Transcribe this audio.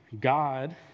God